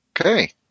Okay